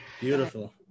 Beautiful